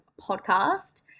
podcast